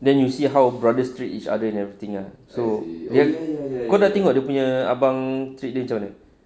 then you see how brothers three each other and everything ah so kau dah tengok dia punya abang treat dia macam mana